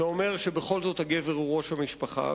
שאומר שבכל זאת הגבר הוא ראש המשפחה.